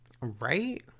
Right